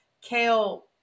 Kale